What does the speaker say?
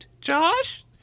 Josh